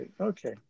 Okay